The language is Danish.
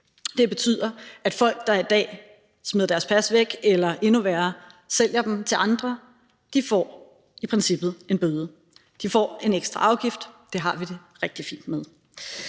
Det betyder, at folk, der i dag smider deres pas væk eller, endnu værre, sælger det til andre, i princippet får en bøde. De får en ekstra afgift, og det har vi det rigtig fint med.